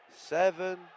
seven